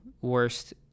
worst